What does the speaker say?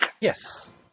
Yes